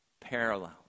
parallel